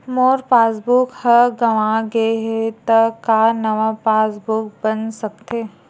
मोर passbook ह गंवा गे हे त का नवा पास बुक बन सकथे?